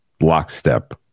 lockstep